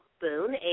Boone